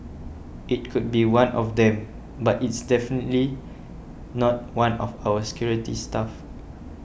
it could be one of them but it's definitely not one of our security staff